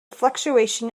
fluctuation